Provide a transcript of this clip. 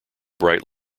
bright